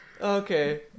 Okay